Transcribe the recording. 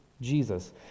Jesus